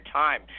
time